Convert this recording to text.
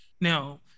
Now